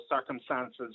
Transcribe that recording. circumstances